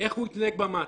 איך הוא יתנהג במעצר,